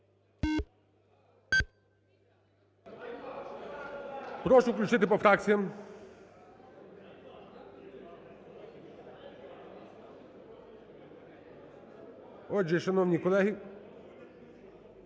Прошу включити по фракціям. Отже, шановні колеги…